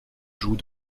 joue